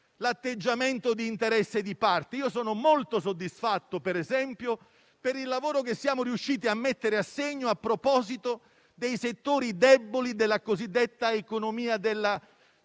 l'atteggiamento di interesse di parte. Sono molto soddisfatto, per esempio, per il lavoro che siamo riusciti a mettere a segno a proposito dei settori deboli della cosiddetta economia della